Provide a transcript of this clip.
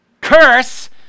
curse